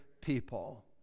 people